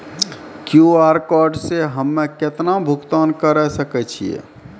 QR code से हम्मय केतना भुगतान करे सके छियै?